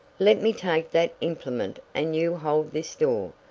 let me take that implement and you hold this door.